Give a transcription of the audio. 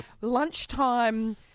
lunchtime